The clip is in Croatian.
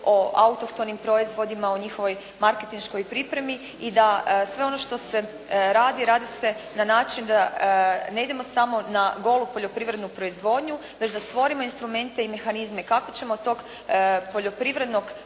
o autohtonim proizvodima, o njihovoj marketinškoj pripremi i da sve ono što se radi, radi se na način da ne idemo samo na golu poljoprivrednu proizvodnju, već da stvorimo instrumente i mehanizme kako ćemo tog poljoprivrednog proizvoda